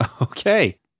Okay